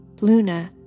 Luna